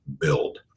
build